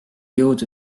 jõudu